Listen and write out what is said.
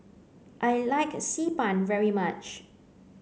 I like Xi Ban very much